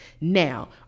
now